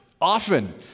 Often